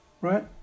right